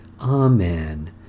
Amen